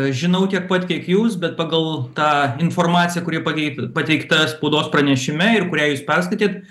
žinau tiek pat kiek jūs bet pagal tą informaciją kuri pakeit pateikta spaudos pranešime ir kurią jūs perskaitėt